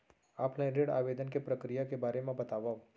Offline ऋण आवेदन के प्रक्रिया के बारे म बतावव?